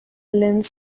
linz